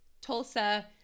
Tulsa